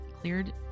cleared